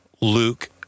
Luke